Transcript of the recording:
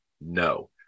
No